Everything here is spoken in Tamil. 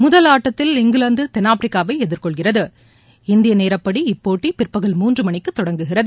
முதல் ஆட்டத்தில் இங்கிலாந்து தென்னாப்பிரிக்காவை எதிர்கொள்கிறது இந்திய நேரப்படி இப்போட்டி பிற்பகல் மூன்று மணிக்கு தொடங்குகிறது